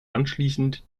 anschließend